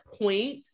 point